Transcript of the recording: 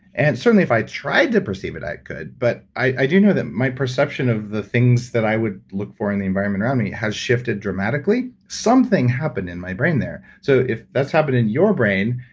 and certainly, if i tried to perceive it, i could. but i do know that my perception of the things that i would look for in the environment around me has shifted dramatically. something happened in my brain there. so if that's happening in your brain,